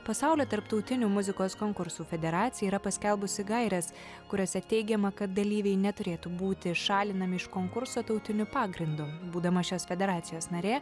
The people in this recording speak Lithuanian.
pasaulio tarptautinių muzikos konkursų federacija yra paskelbusi gaires kuriose teigiama kad dalyviai neturėtų būti šalinami iš konkurso tautiniu pagrindu būdama šios federacijos narė